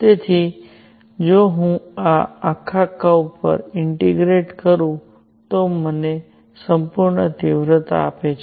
તેથી જો હું આ આખા કર્વ પર ઇન્ટીગ્રેટ કરું તો તે મને સંપૂર્ણ તીવ્રતા આપે છે